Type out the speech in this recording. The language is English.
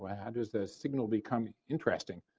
ah how does the signal become interesting?